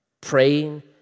praying